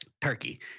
Turkey